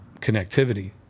connectivity